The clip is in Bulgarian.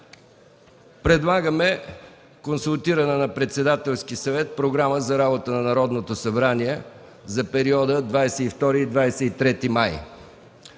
Предлагаме консултирана на Председателски съвет Програма за работата на Народното събрание за периода 22-23 май.